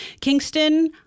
Kingston